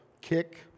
kick